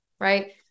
Right